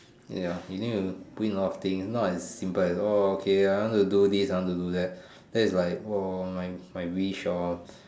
ya you need to do a lot thing not as simple as oh okay I want to do this I want to do that that's like oh my wish orh